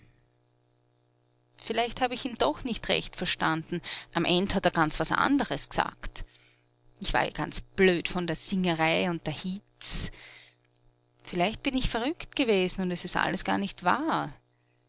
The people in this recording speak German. vielleicht hab ich ihn doch nicht recht verstanden am end hat er ganz was anderes gesagt ich war ja ganz blöd von der singerei und der hitz vielleicht bin ich verrückt gewesen und es ist alles gar nicht wahr